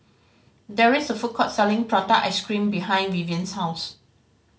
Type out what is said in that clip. there is a food court selling prata ice cream behind Vivien's house